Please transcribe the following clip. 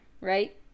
right